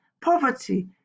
poverty